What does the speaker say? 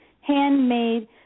handmade